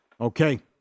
Okay